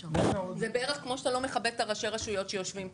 מכבדת...זה בערך כמו שאתה לא מכבד את ראשי הרשויות שיושבים פה,